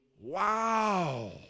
Wow